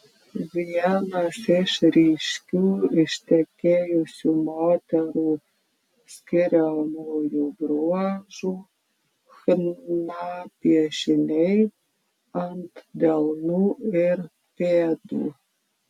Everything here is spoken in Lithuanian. vienas iš ryškių ištekėjusių moterų skiriamųjų bruožų chna piešiniai ant delnų ir pėdų